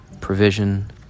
provision